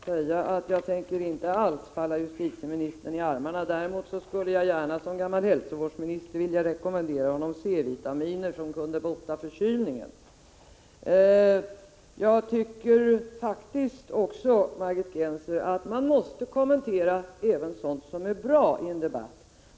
Herr talman! Får jag börja med att säga att jag inte alls tänker falla justitieministern i armarna — däremot skulle jag gärna, som gammal hälsovårdsminister, vilja rekommendera honom C-vitamin, som kunde bota förkylningen. Jag tycker, Margit Gennser, att man i en debatt måste kommentera även sådant som är bra.